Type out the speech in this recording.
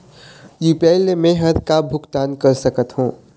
UPI ले मे हर का का भुगतान कर सकत हो?